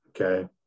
okay